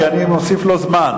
כי אני מוסיף לו זמן.